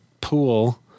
pool